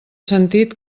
sentit